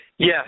Yes